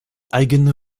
eigene